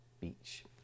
beach